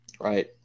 Right